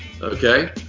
Okay